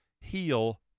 Heal